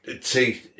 see